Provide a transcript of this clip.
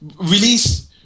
release